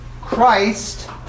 Christ